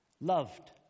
loved